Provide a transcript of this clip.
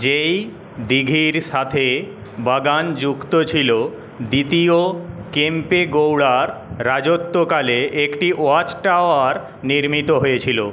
যেই দীঘির সাথে বাগান যুক্ত ছিলো দ্বিতীয় কেম্পেগৌড়ার রাজত্বকালে একটি ওয়াচ টাওয়ার নির্মিত হয়েছিলো